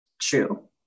True